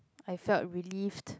I felt relieved